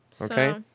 Okay